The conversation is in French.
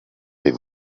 mais